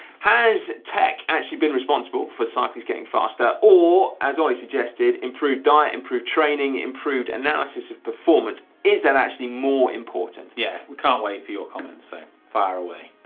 has tech actually been responsible for cycling getting faster or, as ollie suggest, improved diet, improved training, improved analysis of performance. is that actually more important? yeah, we can't wait for your comments. so fire away.